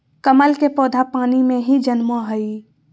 कमल के पौधा पानी में ही जन्मो हइ